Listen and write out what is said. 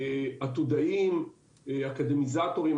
עתודאים אקדמיזטורים,